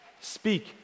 speak